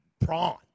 prawn